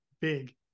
big